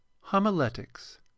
homiletics